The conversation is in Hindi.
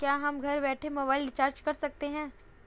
क्या हम घर बैठे मोबाइल रिचार्ज कर सकते हैं?